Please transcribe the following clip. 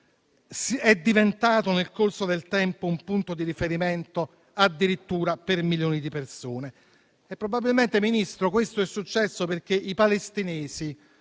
è diventato nel corso del tempo un punto di riferimento addirittura per milioni di persone? Probabilmente, Ministro, questo è successo perché i palestinesi